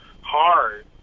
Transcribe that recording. hard